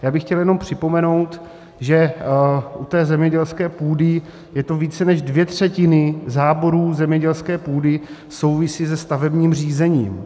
Já bych chtěl jenom připomenout, že u té zemědělské půdy je to více než dvě třetiny záborů zemědělské půdy, souvisí se stavebním řízením.